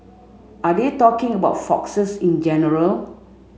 are they talking about foxes in general